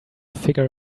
figure